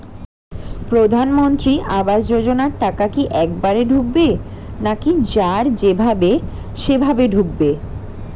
প্রধানমন্ত্রী আবাস যোজনার টাকা কি একবারে ঢুকবে নাকি কার যেভাবে এভাবে সেভাবে ঢুকবে?